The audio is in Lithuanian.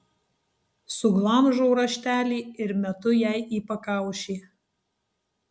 suglamžau raštelį ir metu jai į pakaušį